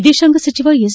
ವಿದೇಶಾಂಗ ಸಚಿವ ಎಸ್